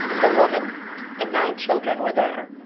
the woman and nine children were there,